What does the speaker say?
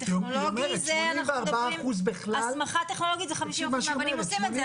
הטכנולוגי זה אנחנו מדברים הסמכה טכנולוגית 50% מהבנים עושים את זה,